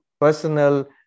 personal